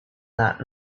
that